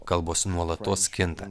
kalbos nuolatos kinta